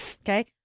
Okay